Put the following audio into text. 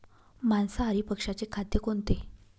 मांसाहारी पक्ष्याचे खाद्य कोणते?